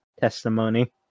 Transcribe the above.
testimony